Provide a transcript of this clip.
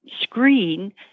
screen